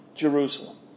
Jerusalem